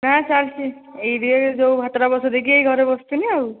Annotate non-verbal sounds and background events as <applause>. <unintelligible> ଯେଉଁ ଭାତଟା ବସେଇଦେଇକି ଏଇ ଘରେ ବସଥିଲି ଆଉ